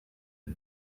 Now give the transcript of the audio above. ich